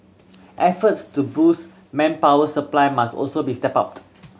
efforts to boost manpower supply must also be stepped up